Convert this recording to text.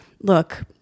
look